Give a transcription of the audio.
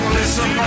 Listen